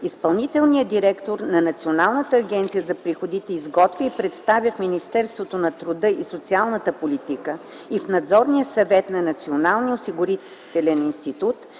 Изпълнителният директор на Националната агенция за приходите изготвя и представя в Министерството на труда и социалната политика и в Надзорния съвет на Националния осигурителен институт